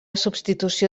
substitució